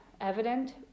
evident